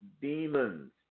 demons